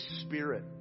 Spirit